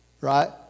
right